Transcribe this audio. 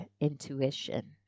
intuition